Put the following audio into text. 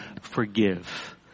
forgive